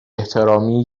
احترامی